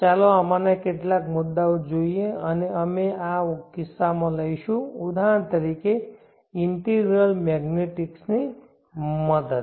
ચાલો આમાંના કેટલાક મુદ્દાઓ જોઈએ અને અમે આ કિસ્સામાં લઈશું ઉદાહરણ તરીકે ઈન્ટીગ્રલ મેગ્નેટિકસ ની મદદ